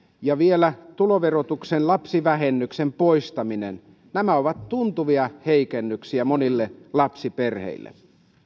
ja vielä tuloverotuksen lapsivähennyksen poistaminen nämä ovat tuntuvia heikennyksiä monille lapsiperheille